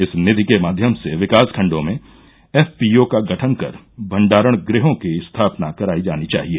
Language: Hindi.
इस निधि के माध्यम से विकास खण्डों में एफपीओ का गठन कर भण्डारण गृहों की स्थापना करायी जानी चाहिए